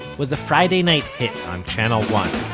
was a friday night hit on channel one